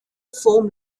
foam